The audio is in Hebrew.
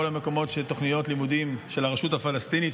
כל המקומות שיש בהם תוכניות לימודים של הרשות הפלסטינית,